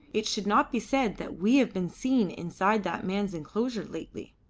it should not be said that we have been seen inside that man's enclosure lately.